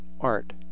art